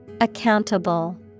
Accountable